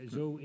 zo